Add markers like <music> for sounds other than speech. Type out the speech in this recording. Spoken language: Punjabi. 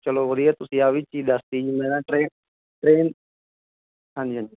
ਚਲੋ ਵਧੀਆ ਤੁਸੀਂ ਆ ਵੀ ਚੀਜ ਦੱਸਤੀ ਜੀ ਮੈਂ ਆਪਣੇ <unintelligible> ਹਾਂਜੀ ਹਾਂਜੀ